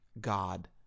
God